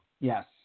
Yes